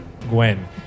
Gwen